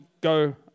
go